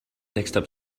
desktop